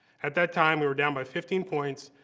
at that time we were down by fifteen points,